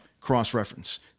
cross-reference